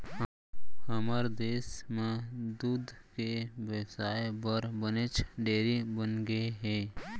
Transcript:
हमर देस म दूद के बेवसाय बर बनेच डेयरी बनगे हे